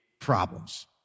problems